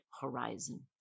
horizon